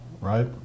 right